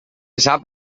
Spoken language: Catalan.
sap